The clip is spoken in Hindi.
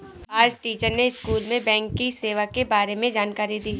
आज टीचर ने स्कूल में बैंक की सेवा के बारे में जानकारी दी